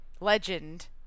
legend